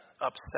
upset